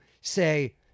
say